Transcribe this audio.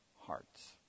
hearts